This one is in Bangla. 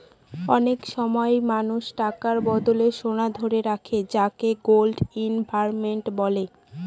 অনেক সময় মানুষ টাকার বদলে সোনা ধারে রাখে যাকে গোল্ড ইনভেস্টমেন্ট বলে